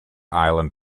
island